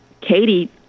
Katie